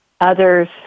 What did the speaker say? others